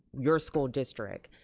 your school district,